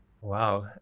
Wow